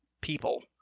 people